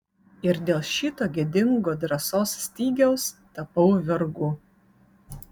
ir dėl šito gėdingo drąsos stygiaus tapau vergu